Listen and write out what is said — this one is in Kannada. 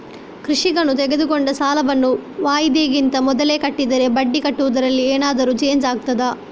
ಕೃಷಿಕನು ತೆಗೆದುಕೊಂಡ ಸಾಲವನ್ನು ವಾಯಿದೆಗಿಂತ ಮೊದಲೇ ಕಟ್ಟಿದರೆ ಬಡ್ಡಿ ಕಟ್ಟುವುದರಲ್ಲಿ ಏನಾದರೂ ಚೇಂಜ್ ಆಗ್ತದಾ?